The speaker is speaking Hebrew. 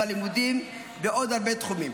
בלימודים ובעוד הרבה תחומים.